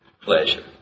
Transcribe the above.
pleasure